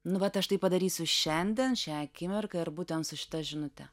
nu vat aš tai padarysiu šiandien šią akimirką ir būtent su šita žinute